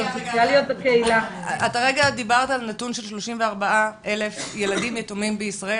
דיברת על נתון 34,000 ילדים יתומים בישראל